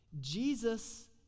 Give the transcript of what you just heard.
Jesus